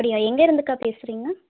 அப்படியா எங்கேருந்து அக்கா பேசுறீங்க